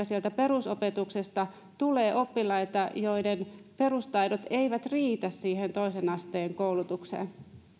sieltä perusopetuksesta tulee oppilaita joiden perustaidot eivät riitä siihen toisen asteen koulutukseen